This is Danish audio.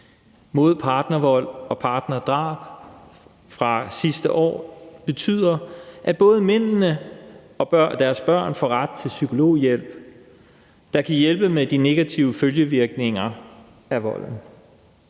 mod partnervold og partnerdrab fra sidste år, betyder, at både mændene og deres børn får ret til psykologhjælp, der kan hjælpe med de negative følgevirkninger af volden,